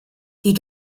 die